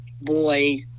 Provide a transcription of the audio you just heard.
boy